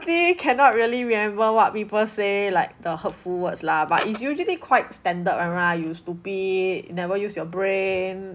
~ly cannot really remember what people say like the hurtful words lah but it's usually quite standard [one] right you stupid never use your brain